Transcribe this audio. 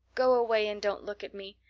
go away and don't look at me.